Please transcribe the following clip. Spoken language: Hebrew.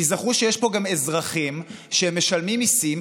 תיזכרו שיש פה גם אזרחים שמשלמים מיסים,